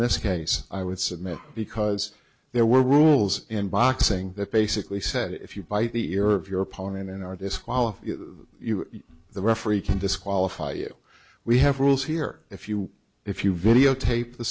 this case i would submit because there were rules in boxing that basically said if you bite the earth your opponent are disqualified the referee can disqualify you we have rules here if you if you videotape the